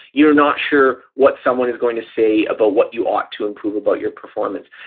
you're not sure what someone is going to say about what you ought to improve about your performance.